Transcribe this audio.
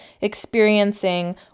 experiencing